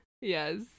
Yes